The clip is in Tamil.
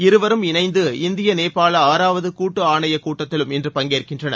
இருவரும் இணைந்து இந்திய நேபாள ஆறாவது கூட்டு ஆணைய கூட்டத்திலும் இன்று பங்கேற்கின்றனர்